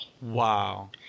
Wow